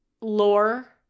lore